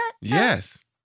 Yes